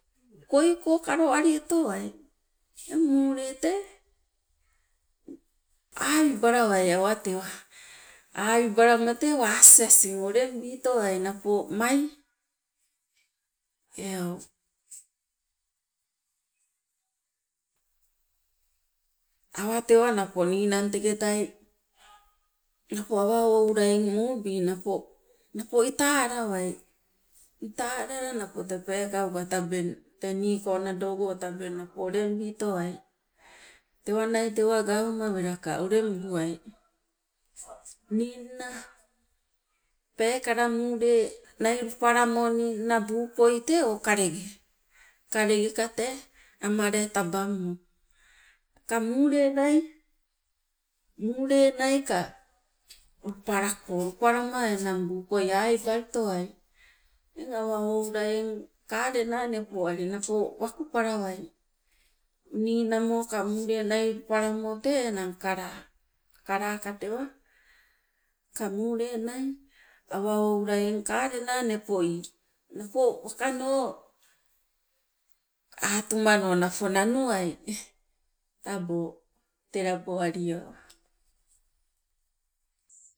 Koiko kaloali otowai, eng muule tee awibalawai awatewa, awibalama tee waasi asing uleng bitowai napo mai eu. awatewa napo ninang teketai napo awa oula eng muubi napo napo ita alawai, ita alala napo tee peekauka tabeng tee niko tabeng ulengbitowai, tewa nai tewa gauma welaka uleng buai. Ninna peekala muule nai lupalamo ninna buu koi tee o kalenge, kalengeka tee amale tabammo teka muule nai, muule nai ka lupalako lupalama enang buu koi awibali towai eng awa oula eng kalena nepoali napo wakupalawai. Ninamoka muule nai lupalamo tee enang kalaa, kalaa ka tewa teka muule nai, awa oula eng kalena nepo ii napo wakano atumano napo nauai. Tabo tee laboalio.